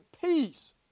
peace